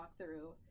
walkthrough